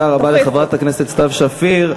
תודה רבה לחברת הכנסת סתיו שפיר.